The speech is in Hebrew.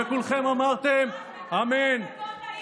וכולכם אמרתם אמן,